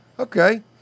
Okay